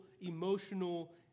emotional